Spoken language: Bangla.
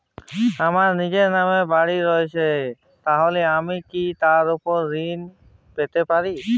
আমার নিজের নামে বাড়ী রয়েছে তাহলে কি আমি তার ওপর ঋণ পেতে পারি?